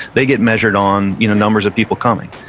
they get measured on you know numbers of people coming.